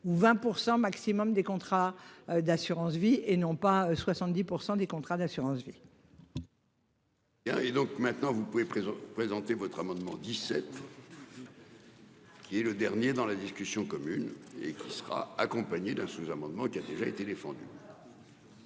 ou 20% maximum des contrats d'assurance vie et non pas 70% des contrats d'assurance vie. Il y a et donc maintenant vous pouvez. Votre amendement 17. Et le dernier dans la discussion commune et qui sera accompagné d'un sous-, amendement qui a déjà été défendu.